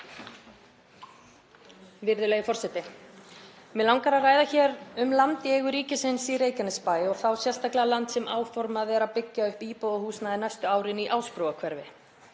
Virðulegi forseti. Mig langar að ræða hér um land í eigu ríkisins í Reykjanesbæ og þá sérstaklega land þar sem áformað er að byggja upp íbúðarhúsnæði næstu árin, í Ásbrúarhverfi.